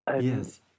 Yes